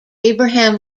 abraham